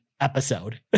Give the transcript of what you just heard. episode